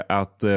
att